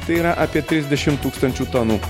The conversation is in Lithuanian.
tai yra apie trisdešim tūkstančių tonų